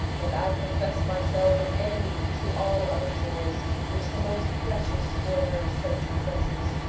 that i profess myself an enemy to all other joys which the most precious square of sense possesses,